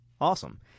Awesome